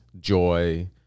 joy